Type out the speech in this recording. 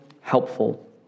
helpful